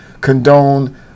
condone